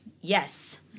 Yes